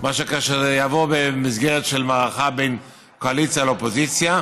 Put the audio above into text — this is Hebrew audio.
מאשר כאשר זה יבוא במסגרת של מערכה בין קואליציה לאופוזיציה.